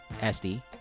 S-D